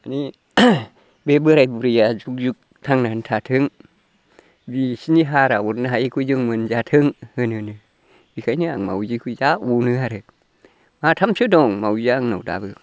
मानि बे बोराइ बुरिया जुग जुग थांनानै थाथों बिसिनि हारा अरनो हायैखौ जों मोनजाथों होनोनो बेखायनो आं मावजिखौ जा अनो आरो माथामसो दं मावजिया आंनाव दाबो